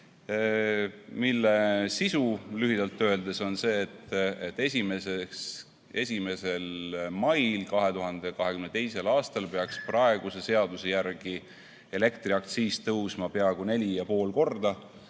Selle sisu lühidalt öeldes on see, et 1. mail 2022. aastal peaks praeguse seaduse järgi elektriaktsiis tõusma peaaegu 4,5 korda,